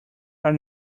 are